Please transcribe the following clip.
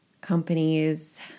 companies